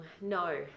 no